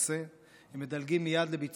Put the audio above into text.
והם מדלגים מייד לביצוע המשימה.